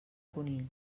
conill